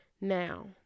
now